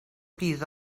piece